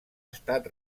estat